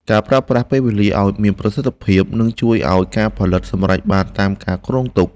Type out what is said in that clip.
ការប្រើប្រាស់ពេលវេលាឱ្យមានប្រសិទ្ធភាពនឹងជួយឱ្យការផលិតសម្រេចបានតាមការគ្រោងទុក។